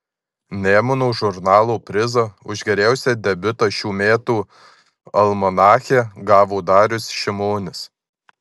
nemuno žurnalo prizą už geriausią debiutą šių metų almanache gavo darius šimonis